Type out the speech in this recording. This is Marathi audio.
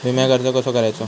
विम्याक अर्ज कसो करायचो?